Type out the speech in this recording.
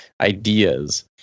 ideas